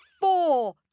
four